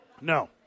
No